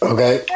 Okay